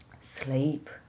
sleep